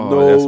no